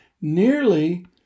nearly